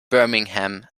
birmingham